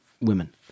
women